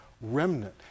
remnant